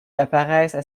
apparaissent